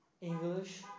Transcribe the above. English